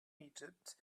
egypt